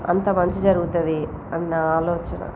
అంత మంచి జరుగుతుంది అని నా ఆలోచన